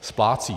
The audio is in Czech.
Splácí.